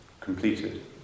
completed